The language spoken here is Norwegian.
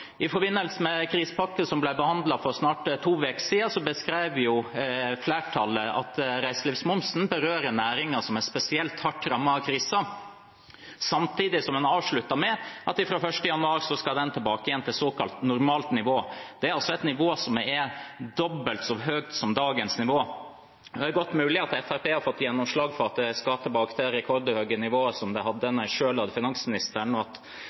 I forbindelse med krisepakken som ble behandlet for snart to uker siden, beskrev flertallet at reiselivsmomsen berører næringer som er spesielt hardt rammet av krisen, samtidig som at en avsluttet med at fra 1. januar skal den tilbake igjen til såkalt normalt nivå – det er altså et nivå som er dobbelt så høyt som dagens nivå. Det er godt mulig at Fremskrittspartiet har fått gjennomslag for at en skal tilbake til det rekordhøye nivået som en hadde da de selv hadde finansministeren, og at